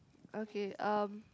okay um